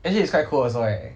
actually it's quite cool also eh